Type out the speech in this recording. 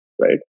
right